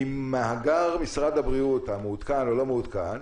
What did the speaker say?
במאגר משרד הבריאות המעודכן או לא מעודכן